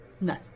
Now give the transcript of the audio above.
no